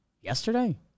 yesterday